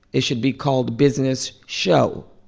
it should be called business show.